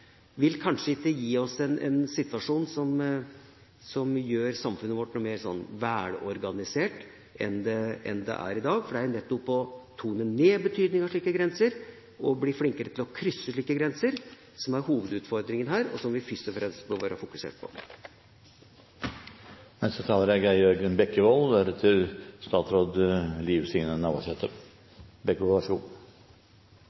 kanskje ikke ville gitt oss en situasjon som gjør samfunnet vårt noe mer velorganisert enn det er i dag. For det er nettopp det å tone ned betydningen av slike grenser og det å bli flinkere til å krysse slike grenser som er hovedutfordringen her, og som vi først og fremst må være fokusert på.